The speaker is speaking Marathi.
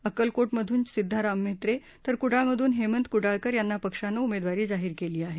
अक्कलकोट मधून सिद्वाराम म्हेत्रे तर कुडाळमधून हेमंत कुडाळकर यांना पक्षानं उमेदवारी जाहीर केली आहे